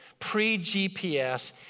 pre-GPS